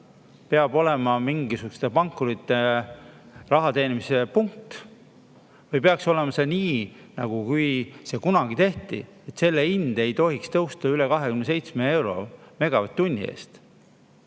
peab olema mingisuguste pankurite raha teenimise [viis] või peaks olema see nii, nagu see kunagi tehti, et selle hind ei tohiks tõusta üle 27 euro megavatt-tunni eest.